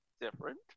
different